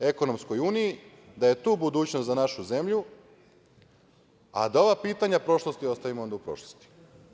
ekonomskoj Uniji, da je tu budućnost za našu zemlju, a da ova pitanja prošlosti ostavimo onda u prošlosti.